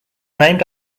named